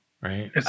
right